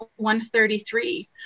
133